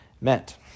meant